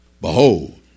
behold